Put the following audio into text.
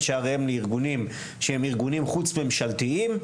שעריהם לארגונים שהם ארגונים חוץ-ממשלתיים,